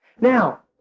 Now